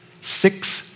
Six